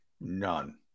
None